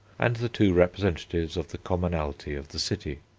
and the two representatives of the commonalty of the city.